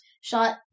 shot